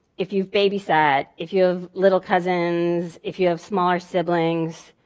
if you've babysat. if you have little cousins, if you have smaller siblings.